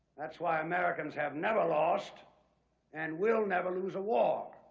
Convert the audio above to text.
that's why americans have never lost and will never lose a war.